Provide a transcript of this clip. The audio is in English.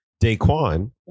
Daquan